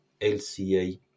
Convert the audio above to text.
LCA